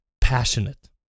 passionate